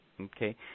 Okay